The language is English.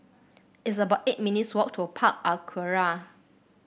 it's about eight minutes' walk to Park Aquaria